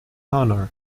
honor